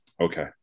okay